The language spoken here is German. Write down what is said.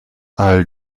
all